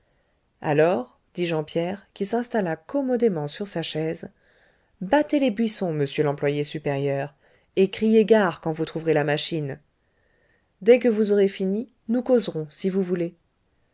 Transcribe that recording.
alors dit jean pierre qui s'installa commodément sur sa chaise battez les buissons monsieur l'employé supérieur et criez gare quand vous trouverez la machine dès que vous aurez fini nous causerons si vous voulez